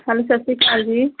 hello ਸਤਿ ਸ਼੍ਰੀ ਅਕਾਲ ਜੀ